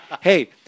hey